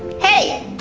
hey!